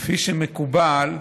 כפי שמקובל,